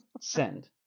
send